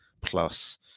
Plus